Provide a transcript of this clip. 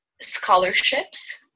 scholarships